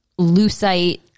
lucite